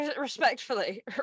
Respectfully